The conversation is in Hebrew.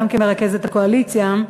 גם כמרכזת הקואליציה,